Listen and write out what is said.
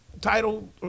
title